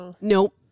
Nope